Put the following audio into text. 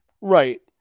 right